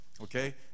okay